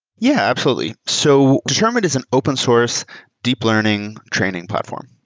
yeah, absolutely. so determined is an open source deep learning training platform.